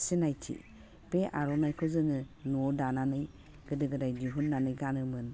सिनायथि बे आर'नाइखौ जोङो न'वाव दानानै गोदो गोदाय दिहुननानै गानोमोन